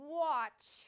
watch